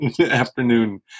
afternoon